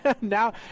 Now